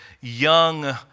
young